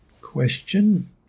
question